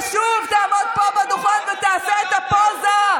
ושוב תעמוד פה בדוכן ותעשה את הפוזה.